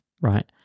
right